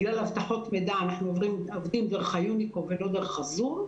רק בגלל אבטחות מידע אנחנו עובדים דרך היוניקו ולא דרך הזום,